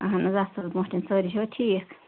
اَہَن حظ اَصٕل پٲٹھۍ سٲری چھِوا ٹھیٖک